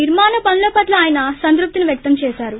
నిర్మాణ పనుల పట్ల ఆయన సంతృప్తిని వ్యక్తం చేశారు